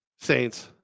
Saints